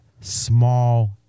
small